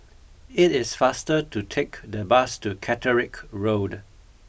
it is faster to take the bus to Catterick Road